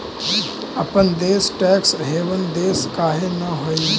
अपन देश tax haven देश काहे न हई?